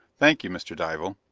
thank you, mr. dival.